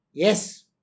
Yes